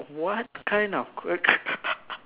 what kind of ques~